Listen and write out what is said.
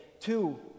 Two